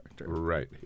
Right